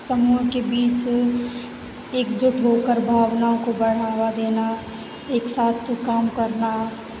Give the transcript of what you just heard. समूह के बीच एकजुट होकर भावनाओं को बढ़ावा देना एक साथ काम करना